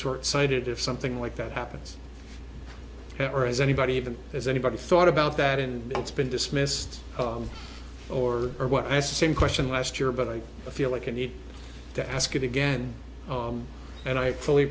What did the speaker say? short sighted if something like that happens or is anybody even as anybody thought about that and it's been dismissed or or what i same question last year but i feel like i need to ask it again and i fully